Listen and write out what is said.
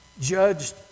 judged